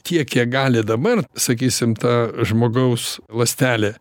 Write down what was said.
tiek kiek gali dabar sakysim ta žmogaus ląstelė